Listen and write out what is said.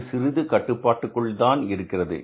இது சிறிது கட்டுப்பாட்டுக்குள் தான் இருக்கிறது